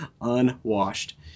Unwashed